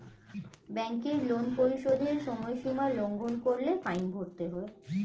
ব্যাংকের লোন পরিশোধের সময়সীমা লঙ্ঘন করলে ফাইন ভরতে হয়